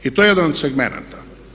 I to je jedan od segmenata.